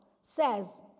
says